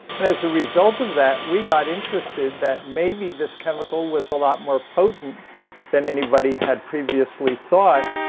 but as a result of that, we got interested that maybe this chemical was a lot more potent than anybody had previously thought.